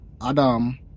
Adam